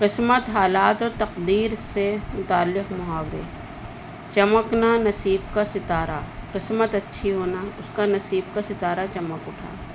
قسمت حالات اور تقدیر سے متعلق محاوے چمک نہ نصیب کا ستارہ قسمت اچھی ہونا اس کا نصیب کا ستارہ چمک اٹھا